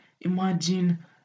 imagine